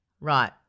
Right